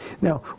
Now